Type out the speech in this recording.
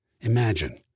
Imagine